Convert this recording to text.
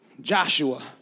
joshua